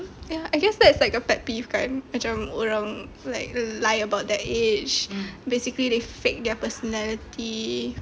ya I guess that's like a pet peeve kan macam orang like lie about their age basically they fake their personality